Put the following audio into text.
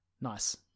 Nice